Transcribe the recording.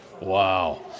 Wow